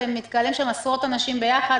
מתקהלים עשרות אנשים ביחד,